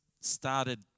started